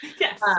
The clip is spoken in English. Yes